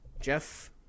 Jeff